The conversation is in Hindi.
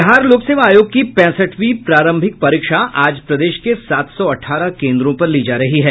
बिहार लोक सेवा आयोग की पैंसठवीं प्रारंभिक परीक्षा आज प्रदेश के सात सौ अठारह केन्द्रों पर ली जा रही है